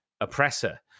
oppressor